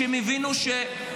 כשהן הבינו ש-12,